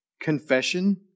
confession